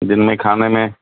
دن میں کھانے میں